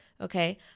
Okay